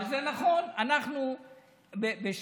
וזה נכון: אנחנו בשמיטה,